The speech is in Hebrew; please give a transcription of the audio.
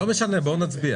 לא משנה, בואו נצביע.